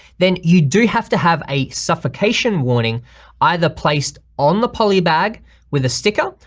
then you do have to have a suffocation warning either placed on the poly bag with a sticker,